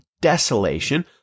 desolation